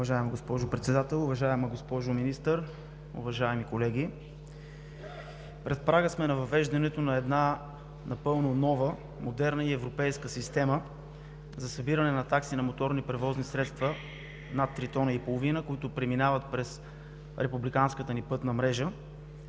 Уважаема госпожо Председател, уважаема госпожо Министър, уважаеми колеги! Пред прага сме на въвеждането на една напълно нова, модерна и европейска система за събиране на такси на моторни превозни средства над 3,5 тона, които преминават през републиканската ни пътна мрежа.